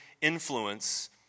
influence